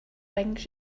wings